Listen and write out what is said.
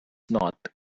not